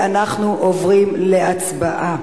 אנחנו עוברים להצבעה.